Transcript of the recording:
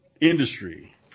industry